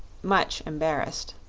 much embarrassed.